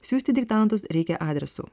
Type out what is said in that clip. siųsti diktantus reikia adresu